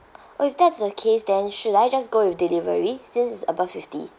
oh if that's the case then should I just go with delivery since it's above fifty